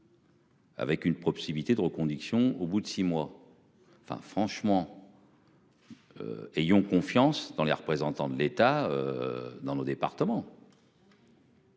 Avec une proximité de reconduction au bout de six mois. Enfin franchement. Ayons confiance dans les représentants de l'État. Dans le département.